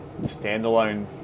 standalone